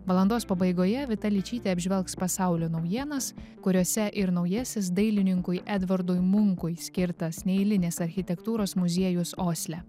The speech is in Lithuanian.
valandos pabaigoje vita ličytė apžvelgs pasaulio naujienas kuriose ir naujasis dailininkui edvardui munkui skirtas neeilinės architektūros muziejus osle